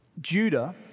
Judah